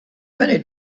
many